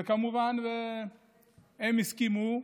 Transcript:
כמובן, הם הסכימו.